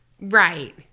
Right